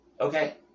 Okay